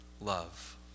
love